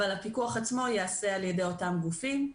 אבל הפיקוח עצמו ייעשה על ידי אותם גופים.